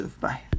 Bye